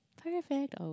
Perfect